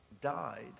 died